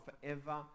forever